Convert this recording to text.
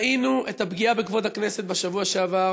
ראינו את הפגיעה בכבוד הכנסת בשבוע שעבר